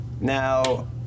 now